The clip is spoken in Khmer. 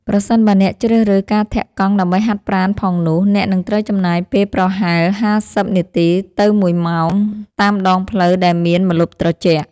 ប្រសិនបើអ្នកជ្រើសរើសការធាក់កង់ដើម្បីហាត់ប្រាណផងនោះ អ្នកនឹងត្រូវចំណាយពេលប្រហែល ៥០ នាទី ទៅ ១ ម៉ោង តាមដងផ្លូវដែលមានម្លប់ត្រជាក់។